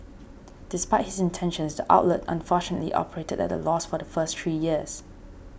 despite his intentions the outlet unfortunately operated at a loss for the first three years